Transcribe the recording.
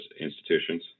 institutions